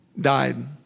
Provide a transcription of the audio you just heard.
died